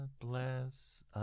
bless